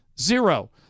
Zero